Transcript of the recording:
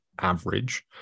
average